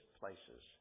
places